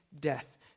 death